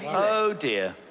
oh, dear.